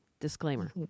Disclaimer